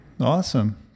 Awesome